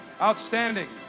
Outstanding